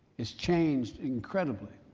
it's changed incredibly.